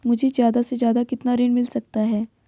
मुझे ज्यादा से ज्यादा कितना ऋण मिल सकता है?